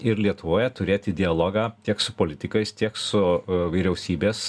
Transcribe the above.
ir lietuvoje turėti dialogą tiek su politikais tiek su vyriausybės